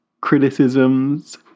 criticisms